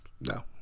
no